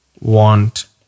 Want